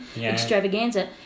extravaganza